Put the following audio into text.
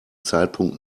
zeitpunkt